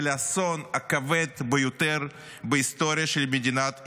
האסון הכבד ביותר בהיסטוריה של מדינת ישראל.